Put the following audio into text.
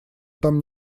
там